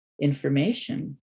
information